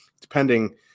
depending